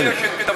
אני מציע שתבחין.